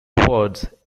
words